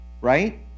right